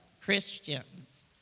Christians